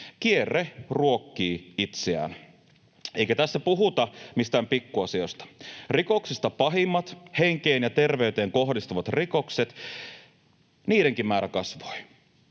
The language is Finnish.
Kierre ruokkii itseään. Eikä tässä puhuta mistään pikkuasioista: rikoksista pahimpienkin määrä kasvoi, henkeen ja terveyteen kohdistuvien rikosten. Se on